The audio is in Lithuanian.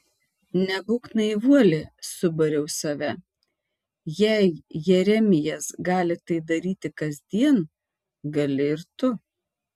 nebūk naivuolė subariau save jei jeremijas gali tai daryti kasdien gali ir tu